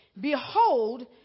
Behold